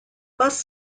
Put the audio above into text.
bus